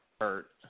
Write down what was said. hurt